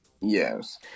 Yes